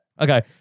Okay